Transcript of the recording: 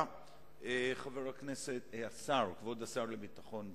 כבוד השר לביטחון פנים,